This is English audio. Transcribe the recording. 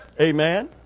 Amen